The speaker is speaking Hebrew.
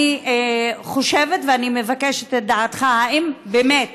אני חושבת ואני מבקשת את דעתך: האם באמת